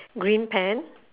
green pant